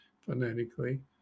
phonetically